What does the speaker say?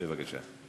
בבקשה.